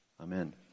Amen